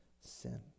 Sin